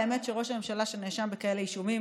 האמת היא שראש הממשלה שנאשם בכאלה אישומים